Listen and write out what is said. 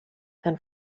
than